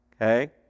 okay